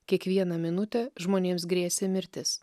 kiekvieną minutę žmonėms grėsė mirtis